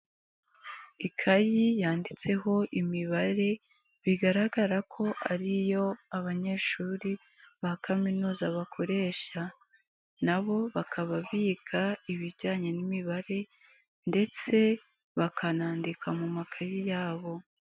Ikayi yanditseho imibare bigaragara ko ari yo abanyeshuri ba kaminuza bakoresha n,abo bakaba biga ibijyanye n'imibare ndetse bakanandika mukaye yabo.